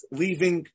leaving